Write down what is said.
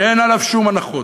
שאין לו שום הנחות,